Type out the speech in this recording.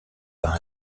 par